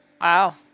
Wow